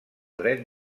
dret